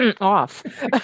off